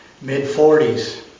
mid-40s